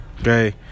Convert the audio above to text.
Okay